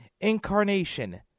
incarnation